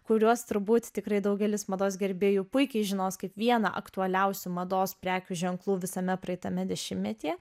kuriuos turbūt tikrai daugelis mados gerbėjų puikiai žinos kaip vieną aktualiausių mados prekių ženklų visame praeitame dešimtmetyje